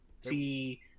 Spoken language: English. See